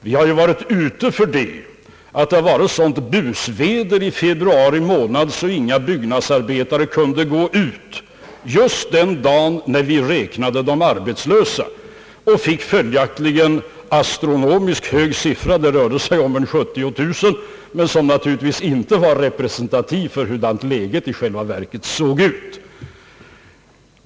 Vi har nämligen varit med om att det var ett sådant busväder den dag vi räknade att inga byggnadsarbetare kunde vara ute och arbeta. Vi fick följaktligen en astronomiskt hög siffra, cirka 70 000, som naturligtvis inte var representativ för det verkliga läget.